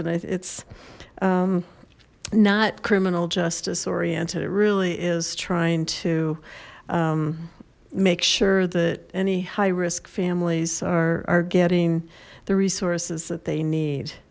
and it's not criminal justice oriented it really is trying to make sure that any high risk families are getting the resources that they need